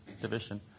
division